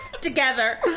together